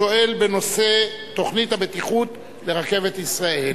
השואל בנושא: תוכנית הבטיחות לרכבת ישראל.